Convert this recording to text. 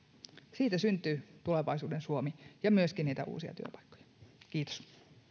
siitä syntyy tulevaisuuden suomi ja myöskin niitä uusia työpaikkoja kiitos